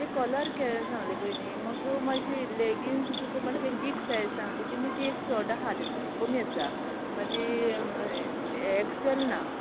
तें कलर केन्ना सांगले पय न्ही म्हाका मात्शें लेगींग्न्स तुका मात्शे बीग सायज सांगली ती मात्शी ती एक शाॅर्ट आहा तितून कमी आसा म्हळ्यार ती एक्सेल ना